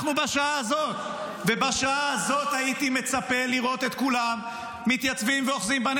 -- הייתי מצפה מכל חברי